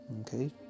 okay